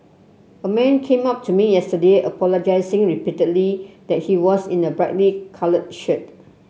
a man came up to me yesterday apologising repeatedly that he was in a brightly coloured shirt